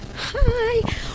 hi